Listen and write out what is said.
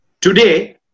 Today